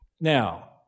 Now